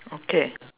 okay